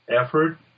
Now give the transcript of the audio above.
effort